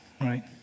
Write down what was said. right